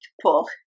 pull